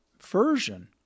version